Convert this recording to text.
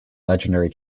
legendary